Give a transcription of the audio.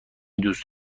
دوست